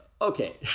okay